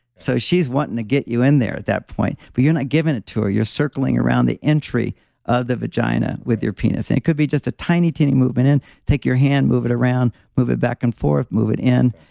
so, she's wanting to get you in there at that point, but you're not giving it to her. you're circling around the entry of the vagina with your penis. and it could be just a tiny teeny movement and take your hand, move it around, move it back and forth, move it in,